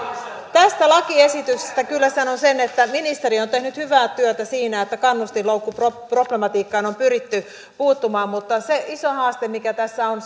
tästä lakiesityksestä kyllä sanon sen että ministeri on tehnyt hyvää työtä siinä että kannustinloukkuproblematiikkaan on pyritty puuttumaan mutta se iso haaste mikä tässä on on